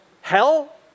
hell